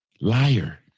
liar